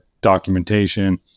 documentation